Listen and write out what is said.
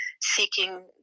seeking